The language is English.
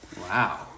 wow